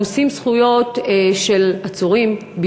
רומסים זכויות של עצורים,